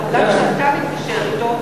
הקבלן שאתה מתקשר אתו,